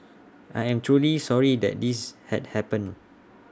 I am truly sorry that this had happened